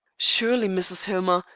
surely, mrs. hillmer,